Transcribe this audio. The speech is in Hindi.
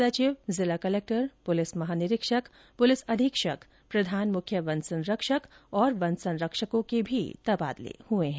सचिव जिला कलेक्टर पुलिस महानिरीक्षक पुलिस अधीक्षक प्रधान मुख्य वन संरक्षक और वन संरक्षकों के भी तबादले हुए हैं